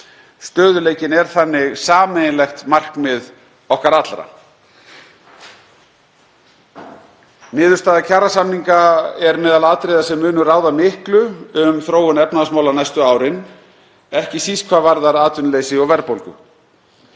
Stöðugleikinn er þannig sameiginlegt markmið okkar allra. Niðurstaða kjarasamninga er meðal atriða sem munu ráða miklu um þróun efnahagsmála næstu árin, ekki síst hvað varðar atvinnuleysi og verðbólgu.